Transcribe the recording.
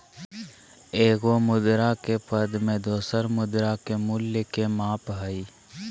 एगो मुद्रा के पद में दोसर मुद्रा के मूल्य के माप हइ